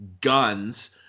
guns